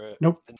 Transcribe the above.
Nope